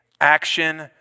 Action